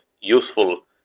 useful